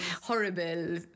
horrible